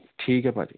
ਠੀਕ ਹੈ ਭਾਅ ਜੀ